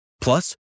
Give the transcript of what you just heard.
Plus